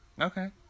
Okay